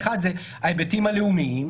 האחד זה ההיבטים הלאומיים,